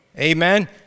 Amen